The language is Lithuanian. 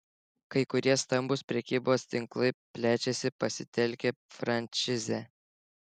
kai kurie stambūs prekybos tinklai plečiasi pasitelkę frančizę